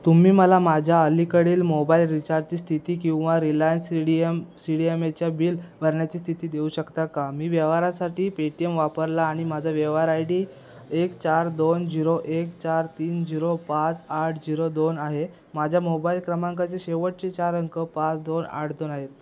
तुम्ही मला माझ्या अलीकडील मोबाईल रिचार्जची स्थिती किंवा Reliance C D M C D M एच्या बिल भरण्याची स्थिती देऊ शकता का मी व्यवहारासाठी पेटीएम वापरला आणि माझा व्यवहार आय डी एक चार दोन झिरो एक चार तीन झिरो पाच आठ झिरो दोन आहे माझ्या मोबाईल क्रमांकाचे शेवटचे चार अंक पाच दोन आठ दोन आहेत